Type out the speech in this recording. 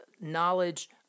knowledge